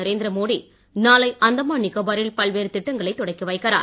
நரேந்திர மோடி நாளை அந்தமான் நிக்கோபா ரில் பல்வேறு திட்டங்களைத் தொடக்கிவைக்கிறார்